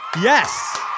Yes